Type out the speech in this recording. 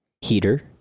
heater